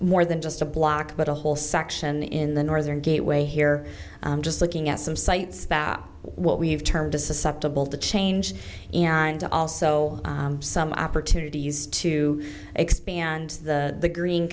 more than just a block but a whole section in the northern gateway here just looking at some sites what we've turned to susceptible to change and also some opportunities to expand the green